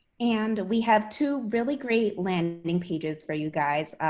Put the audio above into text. and we have two really great landing pages for you guys,